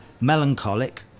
melancholic